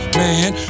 man